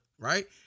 Right